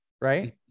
right